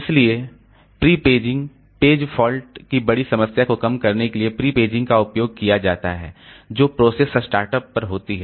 इसलिए pre paging page fault की बड़ी संख्या को कम करने के लिए प्री पेजिंग का उपयोग किया जाता है जो प्रोसेस स्टार्टअप पर होती है